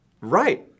Right